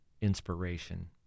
inspiration